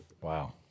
Wow